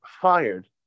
fired